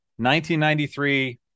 1993